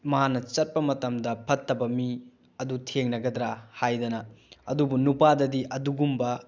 ꯃꯥꯅ ꯆꯠꯄ ꯃꯇꯝꯗ ꯐꯠꯇꯕ ꯃꯤ ꯑꯗꯨ ꯊꯦꯡꯅꯒꯗ꯭ꯔꯥ ꯍꯥꯏꯗꯅ ꯑꯗꯨꯕꯨ ꯅꯨꯄꯥꯗꯗꯤ ꯑꯗꯨꯒꯨꯝꯕ